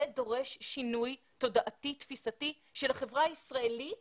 זה דורש שינוי תודעתי-תפיסתי של חברה ישראלית